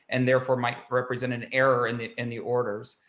and therefore might represent an error in the in the orders.